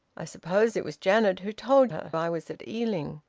i suppose it was janet who told her i was at ealing.